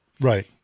Right